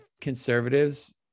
Conservatives